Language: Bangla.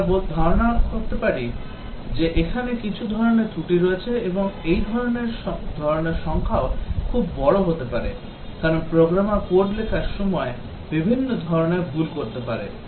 আমরা ধারণা করতে পারি যে এখানে কিছু ধরণের ত্রুটি রয়েছে এবং ধরণের সংখ্যাও খুব বড় হতে পারে কারণ প্রোগ্রামার কোড লেখার সময় বিভিন্ন ধরণের ভুল করতে পারে